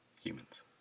Humans